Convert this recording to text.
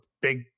big